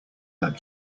that